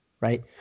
right